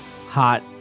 hot